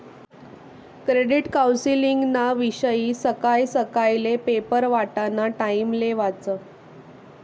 credit कौन्सलिंगना विषयी सकाय सकायले पेपर वाटाना टाइमले वाचं